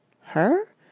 Her